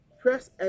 press